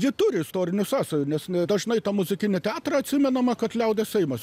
ji turi istorinių sąsajų nes dažnai tą muzikinį teatrą atsimenama kad liaudies seimas